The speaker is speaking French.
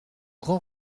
grand